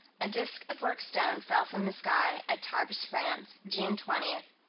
a disk of worked stone fell from the sky, at tarbes, france, june twenty,